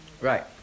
Right